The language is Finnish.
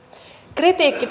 kritiikki